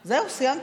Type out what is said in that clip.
זהו, סיימתי?